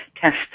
test